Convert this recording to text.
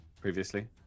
Previously